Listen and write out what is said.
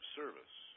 service